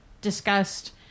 discussed